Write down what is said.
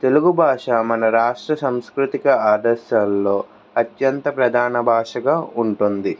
తెలుగు భాష మన రాష్ట్ర సాంస్కృతిక ఆదర్శాల్లో అత్యంత ప్రధాన భాషగా ఉంటుంది